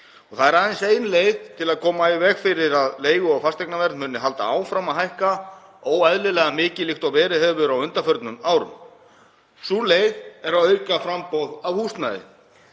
Það er aðeins ein leið til að koma í veg fyrir að leigu- og fasteignaverð haldi áfram að hækka óeðlilega mikið líkt og verið hefur á undanförnum árum. Sú leið er að auka framboð á húsnæði.